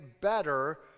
better